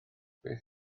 beth